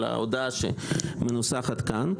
כל ההודעה שמנוסחת כאן.